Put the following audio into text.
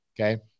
okay